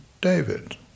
David